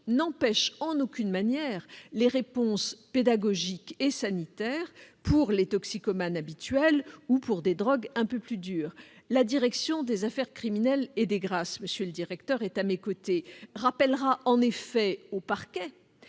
n'empêche en aucune manière les réponses pédagogiques et sanitaires pour les toxicomanes habituels ou pour des drogues un peu plus dures. La direction des affaires criminelles et des grâces, dont le directeur se trouve à mes côtés, rappellera en effet au parquet